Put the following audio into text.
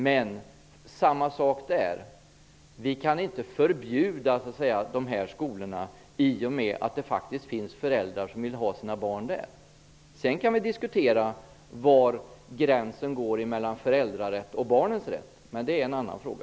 Men samma sak gäller där: Vi kan inte förbjuda de här skolorna, i och med att det faktiskt finns föräldrar som vill ha sina barn där. Sedan kan vi diskutera var gränsen går mellan föräldrarätt och barnens rätt, men det är en annan fråga.